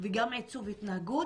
וגם עיצוב התנהגות